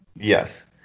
Yes